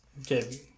Okay